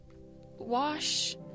wash